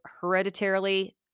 hereditarily